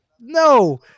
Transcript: No